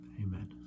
amen